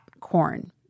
corn